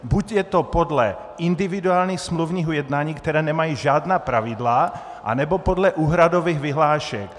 Buď je to podle individuálních smluvních ujednání, která nemají žádná pravidla, anebo podle úhradových vyhlášek.